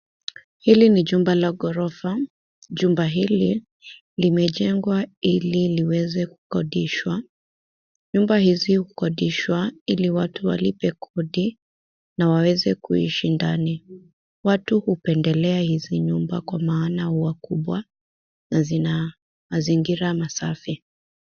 Hili ni jumba la ghorofa. Jumba hili limejengwa hili liweze kukodishwa. Nyumba hizi ukodishwa ili watu walipe kodi na waweze kuishi ndani. Watu hupendelea hizi nyumba kwa maana ya ukubwa na zina mazingira masafi.